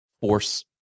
force